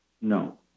No